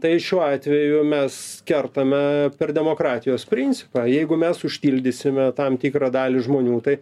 tai šiuo atveju mes kertame per demokratijos principą jeigu mes užtildysime tam tikrą dalį žmonių tai